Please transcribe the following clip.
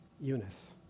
Eunice